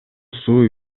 суу